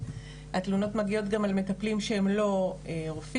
התלונות מגיעות גם על מטפלים שהם לא רופאים,